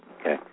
okay